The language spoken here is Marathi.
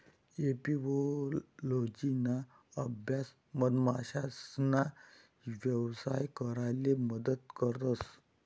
एपिओलोजिना अभ्यास मधमाशासना यवसाय कराले मदत करस